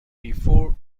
before